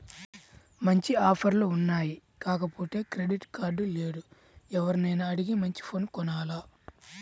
మంచి ఆఫర్లు ఉన్నాయి కాకపోతే క్రెడిట్ కార్డు లేదు, ఎవర్నైనా అడిగి మంచి ఫోను కొనాల